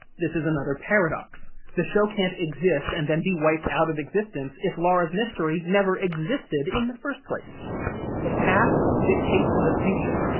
this is another paradox the show can't exist and then be wiped out of existence if laura's mystery never existed in the first place the past dictates the future.